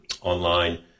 online